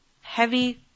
Heavy